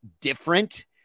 different